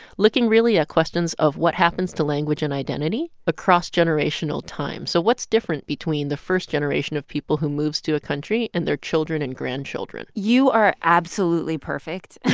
looking really at ah questions of what happens to language and identity across generational time. so what's different between the first generation of people who moves to a country and their children and grandchildren? you are absolutely perfect.